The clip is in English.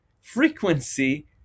frequency